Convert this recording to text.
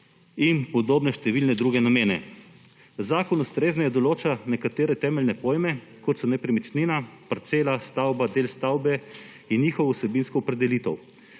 in podobne številne druge namene. Zakon ustrezneje določa nekatere temeljne pojme, kot so nepremičnina, parcela, stavba, del stavbe, in njihovo vsebinsko opredelitev.